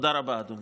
תודה רבה, אדוני.